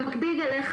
במקביל אליך,